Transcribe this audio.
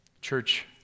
Church